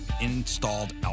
installed